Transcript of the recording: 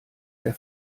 der